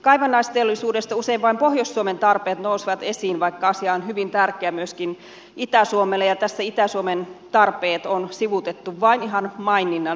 kaivannaisteollisuudesta usein vain pohjois suomen tarpeet nousevat esiin vaikka asia on hyvin tärkeä myöskin itä suomelle ja tässä itä suomen tarpeet on sivuutettu vain ihan maininnan tasolla